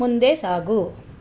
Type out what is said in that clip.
ಮುಂದೆ ಸಾಗು